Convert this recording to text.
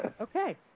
Okay